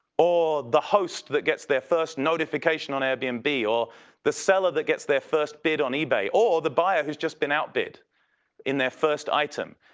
or the host that gets their first notification on airbnb. um or the seller that gets their first bid on ebay or the buyer who's just been out bid in their first item.